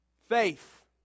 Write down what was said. Faith